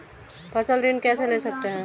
फसल ऋण कैसे ले सकते हैं?